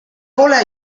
pole